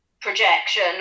projection